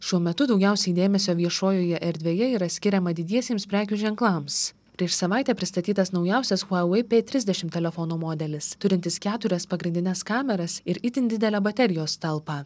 šiuo metu daugiausiai dėmesio viešojoje erdvėje yra skiriama didiesiems prekių ženklams prieš savaitę pristatytas naujausias huawei p trisdešim telefono modelis turintis keturias pagrindines kameras ir itin didelę baterijos talpą